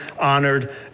honored